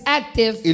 active